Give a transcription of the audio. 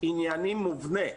עניינים מובנה,